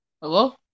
Hello